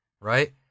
right